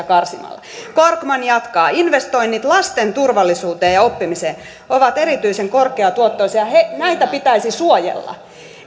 karsimalla korkman jatkaa investoinnit lasten turvallisuuteen ja oppimiseen ovat erityisen korkeatuottoisia näitä pitäisi suojella